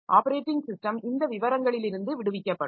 operating system இந்த விவரங்களிலிருந்து விடுவிக்கப்படும்